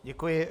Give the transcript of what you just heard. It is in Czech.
Děkuji.